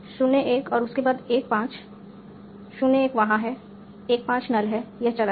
01 और उसके बाद 15 01 वहाँ है 15 null है यह चला गया